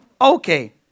okay